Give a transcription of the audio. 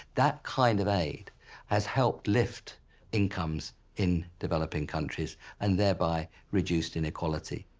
that kind of aid has helped lift incomes in developing countries and thereby reduced inequality.